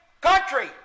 country